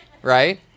Right